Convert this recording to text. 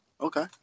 Okay